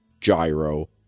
gyro